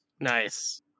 Nice